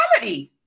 reality